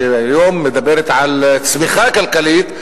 שהיום מדברת על צמיחה כלכלית,